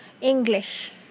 English